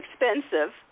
expensive